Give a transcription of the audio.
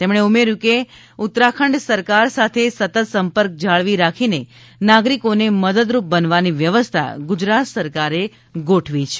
તેમણે ઉમેર્યું કે ઉતરાખંડ સરકાર સાથે સતત સંપર્ક જાળવી રાખીને નાગરિકોને મદદરૂપ બનવાની વ્યવસ્થા ગુજરાત સરકારે ગોઠવી છે